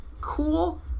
cool